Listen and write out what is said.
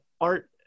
art